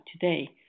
today